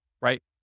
right